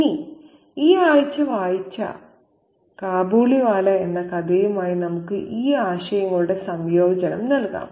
ഇനി ഈ ആഴ്ച വായിച്ച കാബൂളിവാല എന്ന കഥയുമായി നമുക്ക് ഈ ആശയങ്ങളുടെ സംയോജനം നൽകാം